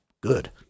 good